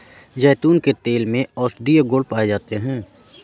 जैतून के तेल में औषधीय गुण पाए जाते हैं